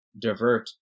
divert